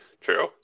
true